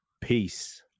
peace